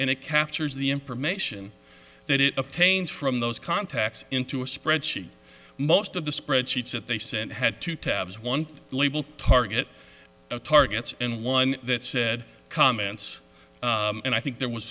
and it captures the information that it up taints from those contacts into a spreadsheet most of the spreadsheets that they send had to tabs one label target targets and one that said comments and i think there was